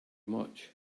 much